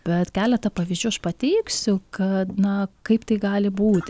bet keletą pavyzdžių aš pateiksiu kad na kaip tai gali būti